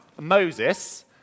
Moses